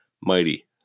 mighty